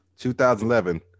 2011